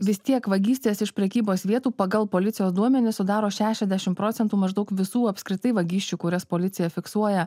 vis tiek vagystės iš prekybos vietų pagal policijos duomenis sudaro šešiadešim procentų maždaug visų apskritai vagysčių kurias policija fiksuoja